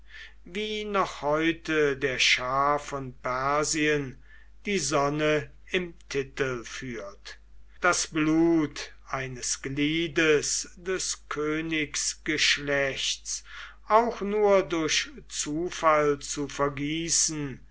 wie noch heute der schah von persien die sonne im titel führt das blut eines gliedes des königsgeschlechts auch nur durch zufall zu vergießen